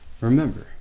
remember